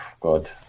God